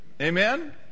Amen